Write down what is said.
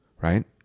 right